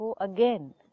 again